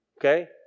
okay